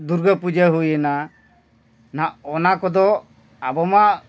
ᱫᱩᱨᱜᱟᱹ ᱯᱩᱡᱟᱹ ᱦᱩᱭᱮᱱᱟ ᱱᱟ ᱚᱱᱟ ᱠᱚᱫᱚ ᱟᱵᱚ ᱢᱟ